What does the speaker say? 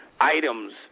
items